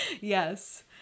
Yes